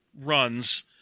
runs